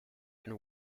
and